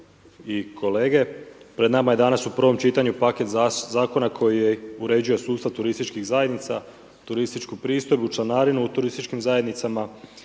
Hvala vam.